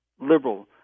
liberal